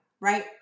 right